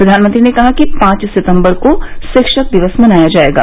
प्रधानमंत्री ने कहा कि पांच सितंबर को शिक्षक दिवस मनाया जाएगा